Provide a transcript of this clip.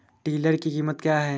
Tiller की कीमत क्या है?